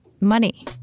money